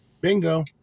bingo